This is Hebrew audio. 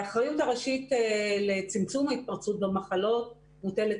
האחריות הראשית לצמצום ההתפרצות במחלות מוטלת